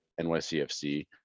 nycfc